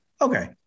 Okay